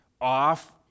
off